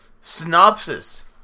Synopsis